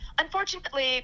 unfortunately